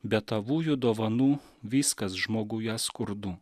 be tavųjų dovanų viskas žmoguje skurdu